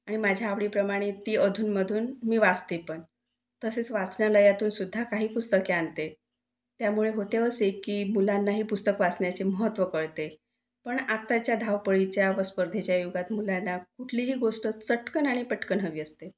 आणि माझ्या आवडीप्रमाणे ती अधूनमधून मी वाचते पण तसेच वाचनालयातून सुद्धा काही पुस्तके आणते त्यामुळे होते असे की मुलांनाही पुस्तक वाचण्याचे महत्त्व कळते पण आत्ताच्या धावपळीच्या व स्पर्धेच्या युगात मुलांना कुठलीही गोष्ट चटकन आणि पटकन हवी असते